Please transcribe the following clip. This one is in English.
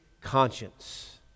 conscience